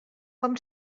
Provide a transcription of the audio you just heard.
com